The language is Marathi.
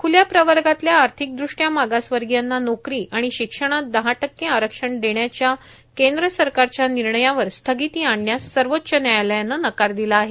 खूल्या प्रवर्गातल्या आर्थिक ृष्ट्या मागासवर्गीयांना नोकरी आणि शिक्षणात दहा टक्के आरक्षण देण्याच्या केंद्र सरकारच्या निर्णयावर स्थगिती आणण्यास सर्वोच्च न्यायालयानं नकार दिला आहे